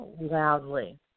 loudly